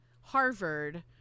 Harvard